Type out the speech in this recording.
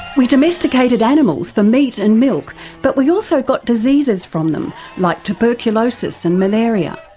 we domesticated animals for meat and milk but we also got diseases from them like tuberculosis and malaria.